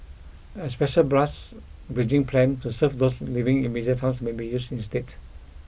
a special bus bridging plan to serve those living in major towns may be used instead